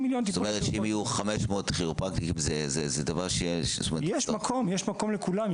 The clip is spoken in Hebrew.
זאת אומרת שאם יהיו 500 כירופרקטים זה דבר --- יש מקום לכולם.